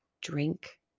Drink